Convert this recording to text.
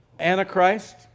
Antichrist